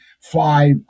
fly